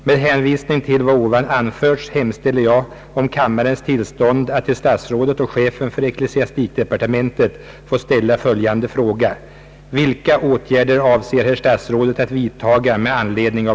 Med hänvisning till vad ovan anförts hemställer jag om kammarens tillstånd att till statsrådet och chefen för ecklesiastikdepartementet få ställa följande fråga: